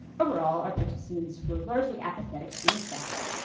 overall, our participants were largely apathetic to being tracked,